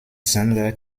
sender